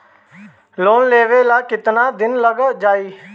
Loan लेबे ला कितना दिन लाग जाई?